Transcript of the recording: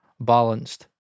balanced